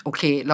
Okay